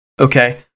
Okay